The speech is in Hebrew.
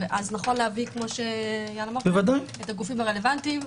נכון להביא את הגופים הרלוונטיים.